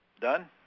Done